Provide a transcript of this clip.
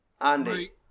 Andy